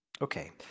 Okay